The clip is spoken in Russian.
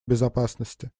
безопасности